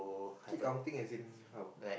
keep counting as in how